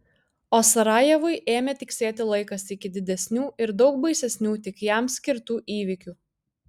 o sarajevui ėmė tiksėti laikas iki didesnių ir daug baisesnių tik jam skirtų įvykių